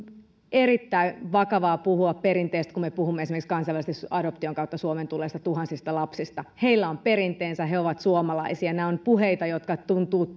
erittäin vakavaa puhua perinteestä kun me puhumme esimerkiksi kansainvälisen adoption kautta suomeen tulleista tuhansista lapsista heillä on perinteensä he ovat suomalaisia nämä ovat puheita jotka tuntuvat